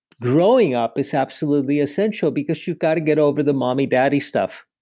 growing up is absolutely essential because you've got to get over the mommy daddy stuff.